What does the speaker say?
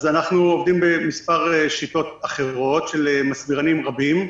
אנחנו עובדים במספר שיטות אחרות של מסבירנים רבים.